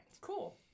Cool